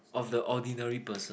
of the ordinary person